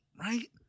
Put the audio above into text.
Right